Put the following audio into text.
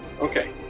okay